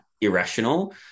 irrational